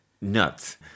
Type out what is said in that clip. nuts